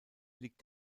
liegt